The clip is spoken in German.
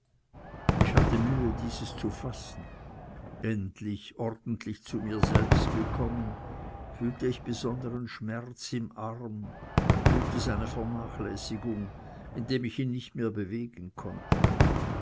ich hatte mühe dieses zu fassen endlich ordentlich zu mir selbst gekommen fühlte ich besondern schmerz im arm fühlte seine vernachlässigung indem ich ihn nicht mehr bewegen konnte